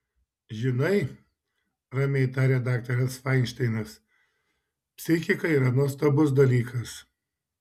žinai ramiai tarė daktaras fainšteinas psichika yra nuostabus dalykas